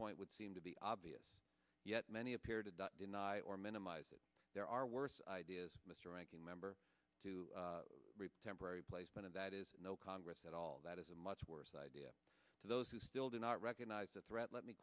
point would seem to be obvious yet many appear to deny or minimize it there are worse ideas mr ranking member to reap temporary placement of that is no congress at all that is a much worse idea to those who still do not recognize a threat let me